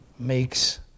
makes